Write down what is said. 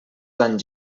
anys